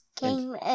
Game